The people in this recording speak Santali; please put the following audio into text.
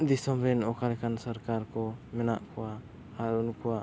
ᱫᱤᱥᱚᱢᱨᱮᱱ ᱚᱠᱟ ᱞᱮᱠᱟᱱ ᱥᱚᱨᱠᱟᱨ ᱠᱚ ᱢᱮᱱᱟᱜ ᱠᱚᱣᱟ ᱟᱨ ᱩᱱᱠᱩᱣᱟᱜ